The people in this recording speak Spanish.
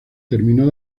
termino